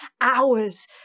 hours